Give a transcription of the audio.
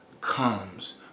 comes